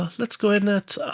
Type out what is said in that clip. ah let's go in it.